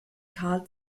carl